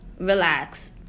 relax